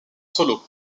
solo